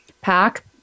pack